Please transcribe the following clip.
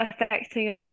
affecting